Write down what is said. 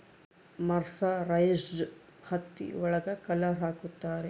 mercerised ಹತ್ತಿ ಒಳಗ colour ಹಾಕುತ್ತಾರೆ